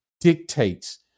dictates